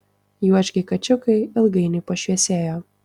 juočkiai kačiukai ilgainiui pašviesėjo